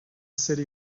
city